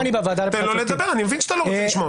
תן לו לדבר, אני מבין שאתה לא רוצה לשמוע.